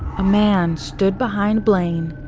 a man stood behind blaine,